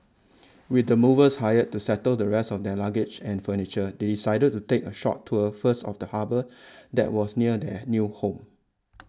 with the movers hired to settle the rest of their luggage and furniture they decided to take a short tour first of the harbour that was near their new home